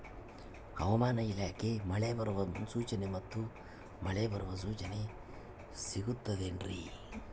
ಹವಮಾನ ಇಲಾಖೆ ಮಳೆ ಬರುವ ಮುನ್ಸೂಚನೆ ಮತ್ತು ಮಳೆ ಬರುವ ಸೂಚನೆ ಸಿಗುತ್ತದೆ ಏನ್ರಿ?